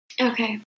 Okay